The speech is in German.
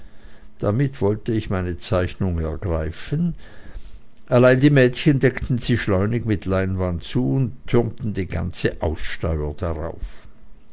damit wollte ich meine zeichnung ergreifen allein die mädchen deckten sie schleunig mit leinwand zu und türmten die ganze aussteuer darauf